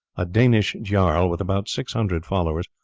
a danish jarl, with about six hundred followers,